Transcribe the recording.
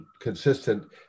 consistent